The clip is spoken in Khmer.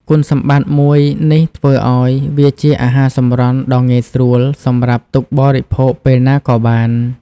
គុណសម្បត្តិមួយនេះធ្វើឲ្យវាជាអាហារសម្រន់ដ៏ងាយស្រួលសម្រាប់ទុកបរិភោគពេលណាក៏បាន។